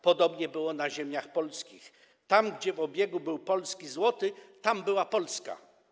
Podobnie było na ziemiach polskich, gdzie w obiegu był polski złoty, tam była Polska.